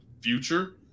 future